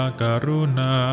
karuna